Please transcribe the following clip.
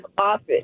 office